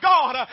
God